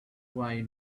way